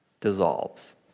dissolves